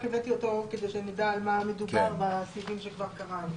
רק הבאתי אותו כדי שנדע על מה מדובר בסעיפים שכבר קראנו,